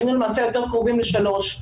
היינו למעשה יותר קרובים ל-3.